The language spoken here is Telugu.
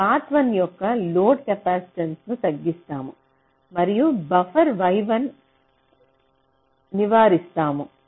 మనం పాత్ 1 యొక్క లోడ్ కెపాసిటెన్స్ను తగ్గిస్తాము మరియు బఫర్ y1 నివారిస్తాము